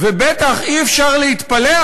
ובטח אי-אפשר להתפלא,